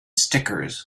stickers